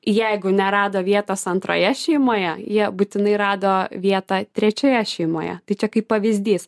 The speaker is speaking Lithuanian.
jeigu nerado vietos antroje šeimoje jie būtinai rado vietą trečioje šeimoje čia kaip pavyzdys